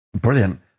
Brilliant